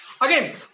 Again